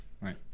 Right